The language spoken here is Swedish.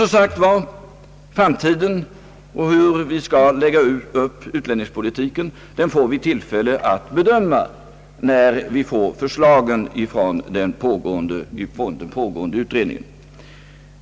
Som jag redan sagt: hur vi i framtiden skall lägga upp utlänningspolitiken får vi tillfälle att bedöma, när förslaget från den pågående utredningen föreligger.